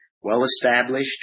well-established